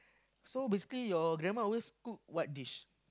so basically your grandma always cook what dish